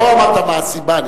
לא אמרת מה הסיבה.